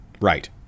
Right